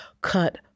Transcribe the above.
cut